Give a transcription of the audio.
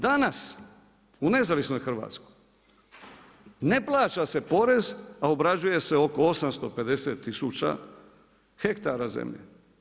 Danas u nezavisnoj Hrvatskoj ne plaća se porez a obrađuje se oko 850 tisuća hektara zemlje.